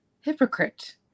Hypocrite